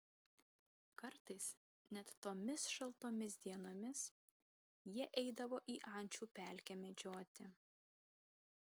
kartais net tomis šaltomis dienomis jie eidavo į ančių pelkę medžioti